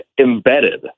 embedded